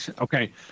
okay